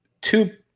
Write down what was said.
two